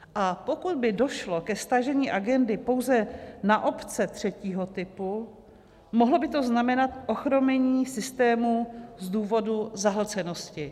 A pokud by došlo ke stažení agendy pouze na obce třetího typu, mohlo by to znamenat ochromení systému z důvodu zahlcenosti.